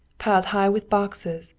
piled high with boxes,